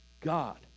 god